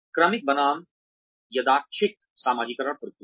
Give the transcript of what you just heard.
क्रमिक बनाम यादृच्छिक समाजीकरण प्रक्रिया